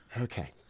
okay